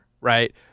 right